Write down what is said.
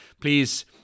please